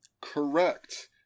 correct